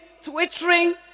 Twittering